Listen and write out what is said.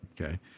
Okay